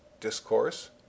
discourse